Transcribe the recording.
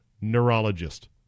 neurologist